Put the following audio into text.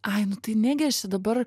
ai nu tai negi aš čia dabar